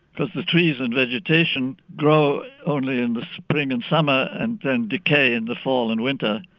because the trees and vegetation grow only in the spring and summer and then decay in the fall and winter.